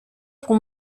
pour